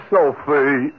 Sophie